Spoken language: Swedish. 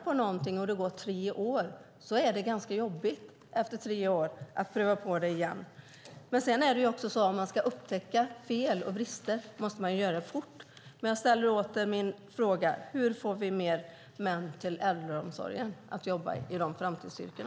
Ska man träna på något blir det ganska jobbigt att göra det bara vart tredje år. Ska man dessutom upptäcka fel och brister måste man göra det fort. Jag ställer åter min fråga: Hur får vi fler män till framtidsyrkena inom äldreomsorgen?